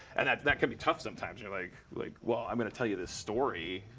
and that can be tough sometimes. you're like, like well, i'm going to tell you this story.